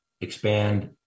expand